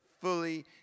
fully